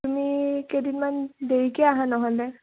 তুমি কেইদিনমান দেৰিকৈ আহা নহ'লে